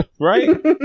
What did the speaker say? Right